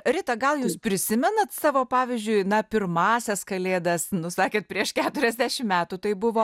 rita gal jūs prisimenat savo pavyzdžiui na pirmąsias kalėdas nu sakėt prieš keturiasdešim metų tai buvo